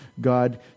God